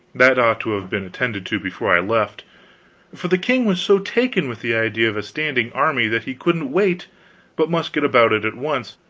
that ought to have been attended to before i left for the king was so taken with the idea of a standing army that he couldn't wait but must get about it at once,